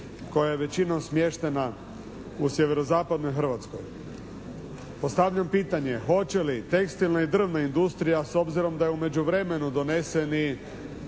koja je većinom smještena u sjevero-zapadnoj Hrvatskoj. Postavljam pitanje, hoće li tekstilna i drvna industrija s obzirom da je u međuvremenu donesen